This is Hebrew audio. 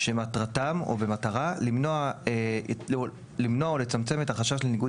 שמטרתם למנוע או לצמצם את החשש לניגוד